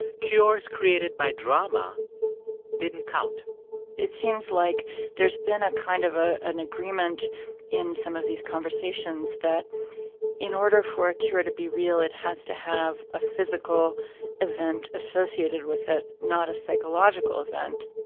cures created by drama didn't count it seems like there's been a kind of an agreement in some of these conversations that in order for a cure to be real, it has to have a physical event associated with it, not a psychological event